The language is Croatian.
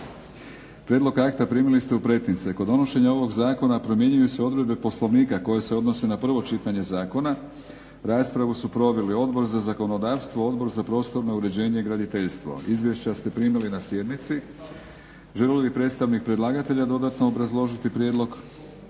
Prijedlog akta primili ste u pretince. Kod donošenja ovog zakona primjenjuju se odredbe Poslovnika koje se odnose na prvo čitanje zakona. Raspravu su proveli Odbor za zakonodavstvo, Odbor za prostorno uređenje i graditeljstvo. Izvješća ste primili na sjednici. Želi li predstavnik predlagatelja dodatno obrazložiti prijedlog?